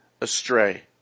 astray